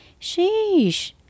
Sheesh